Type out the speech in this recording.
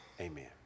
amen